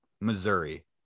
Missouri